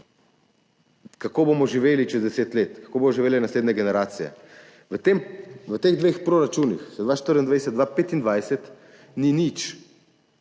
Kako bomo živeli čez deset let? Kako bodo živele naslednje generacije? V teh dveh proračunih za 2024, 2025 ni nič